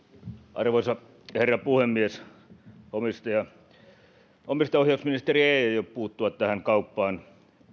arvoisa herra puhemies omistajaohjausministeri ei aio puuttua tähän kauppaan